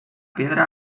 piedra